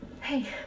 Hey